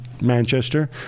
Manchester